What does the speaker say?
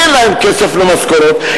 אין להן כסף למשכורות,